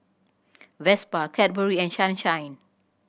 Vespa Cadbury and Sunshine